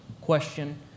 question